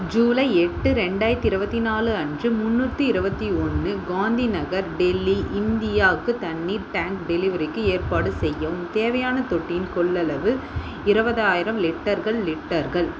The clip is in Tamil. ஜூலை எட்டு ரெண்டாயிரத்தி இருபத்தி நாலு அன்று முந்நூற்றி இருபத்தி ஒன்று காந்தி நகர் டெல்லி இந்தியாவுக்கு தண்ணிர் டேங்க் டெலிவரிக்கு ஏற்பாடு செய்யவும் தேவையான தொட்டியின் கொள்ளளவு இருபதாயிரம் லிட்டர்கள் லிட்டர்கள்